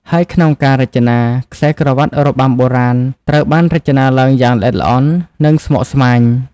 ហើយក្នុងការរចនា ខ្សែក្រវាត់របាំបុរាណត្រូវបានរចនាឡើងយ៉ាងល្អិតល្អន់ និងស្មុគស្មាញ។